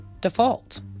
default